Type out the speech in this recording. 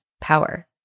power